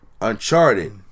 Uncharted